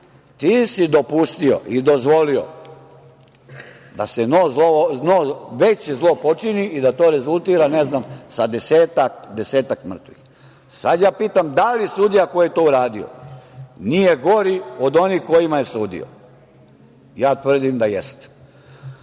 ti si dopustio i dozvolio da se veće zlo počini i da to rezultira sa desetak mrtvih. Sad ja pitam, da li sudija koji je to uradio nije gori od onih kojima je sudio? Ja tvrdim da jeste.